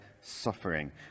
suffering